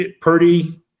Purdy